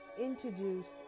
introduced